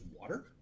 water